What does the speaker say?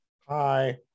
Hi